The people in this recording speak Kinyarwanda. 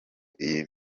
iyi